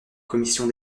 commission